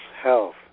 health